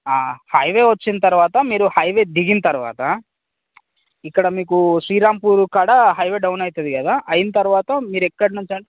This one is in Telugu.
హైవే వచ్చిన తర్వాత మీరు హైవే దిగిన తర్వాత ఇక్కడ మీకు శ్రీరామ్పూర్ కాడ హైవే డౌన్ అవుతుంది కదా అయిన తర్వాత మీరు ఎక్కడ నుంచి అంటే